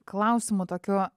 klausimu tokiu